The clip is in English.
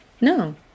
No